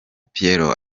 pierrot